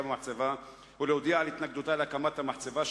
במחצבה ולהודיע על התנגדותה להקמת המחצבה,